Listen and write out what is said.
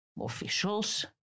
officials